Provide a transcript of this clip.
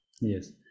yes